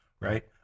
right